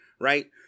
Right